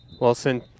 Wilson